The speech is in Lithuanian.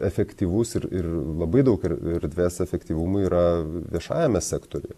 efektyvus ir ir labai daug ir erdvės efektyvumui yra viešajame sektoriuje